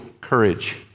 courage